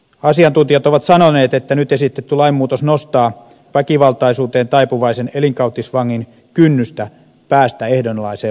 asiantuntijat ovat sanoneet että nyt esitetty lainmuutos nostaa väkivaltaisuuteen taipuvaisen elinkautisvangin kynnystä päästä ehdonalaiseen vapauteen